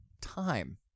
time